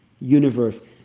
universe